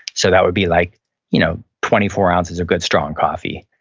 so that would be like you know twenty four ounces of good strong coffee.